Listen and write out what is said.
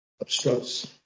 obstructs